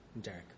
Derek